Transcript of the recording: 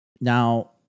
Now